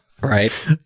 right